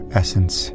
essence